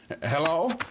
Hello